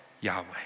Yahweh